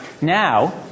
Now